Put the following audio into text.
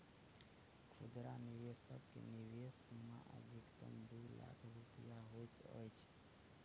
खुदरा निवेशक के निवेश सीमा अधिकतम दू लाख रुपया होइत अछि